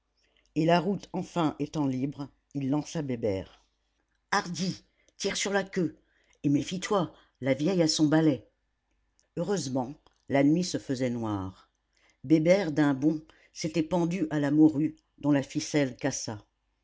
et la route enfin étant libre il lança bébert hardi tire sur la queue et méfie toi la vieille a son balai heureusement la nuit se faisait noire bébert d'un bond s'était pendu à la morue dont la ficelle cassa